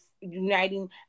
uniting